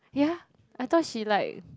ya I thought she like